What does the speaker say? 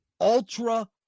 ultra